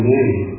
Name